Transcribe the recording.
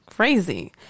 Crazy